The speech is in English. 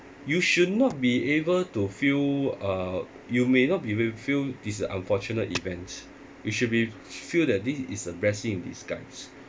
you should not be able to feel uh you may not be able to feel these unfortunate events you should be feel that this is a blessing in disguise